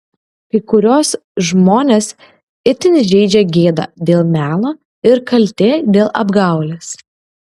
kai kuriuos žmones itin žeidžia gėda dėl melo ir kaltė dėl apgaulės